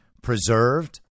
preserved